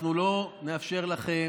אנחנו לא נאפשר לכם,